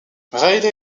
riley